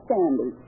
Sandy